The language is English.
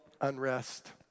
unrest